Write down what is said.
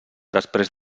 després